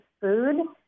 food